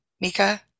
Mika